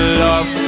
love